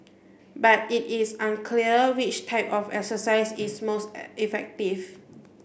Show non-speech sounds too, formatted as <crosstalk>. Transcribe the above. but it is unclear which type of exercise is most <unintelligible> effective